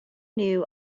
knew